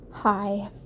Hi